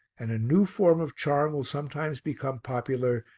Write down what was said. and a new form of charm will sometimes become popular,